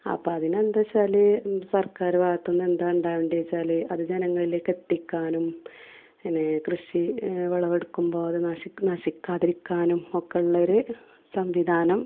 അപ്പോൾ അതിനെന്താണ് വെച്ചാൽ സർക്കാർ ഭാഗത്തുനിന്ന് എന്താണ് വേണ്ടത് വെച്ചാൽ അത് ജനങ്ങളിലേക്ക് എത്തിക്കാനും പിന്നെ കൃഷി വിളവ് എടുക്കുമ്പോൾ അത് നശി നശിക്കാതിരിക്കാനും ഒക്കെ ഉള്ള ഒരു സംവിധാനം